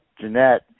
Jeanette